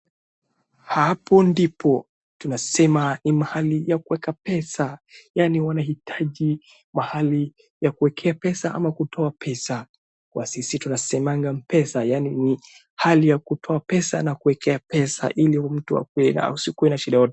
Hapo ndipo tunasema ni mahali pa kuweka yaani wanahitaji mahali ya kuwekea pesa ama kutoa pesa kwa sisi tunasemanga Mpesa yaani ni hali ya kutoa pesa na kuwekea pesa ili mtu usikue na shida yoyote.